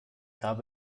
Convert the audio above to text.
habe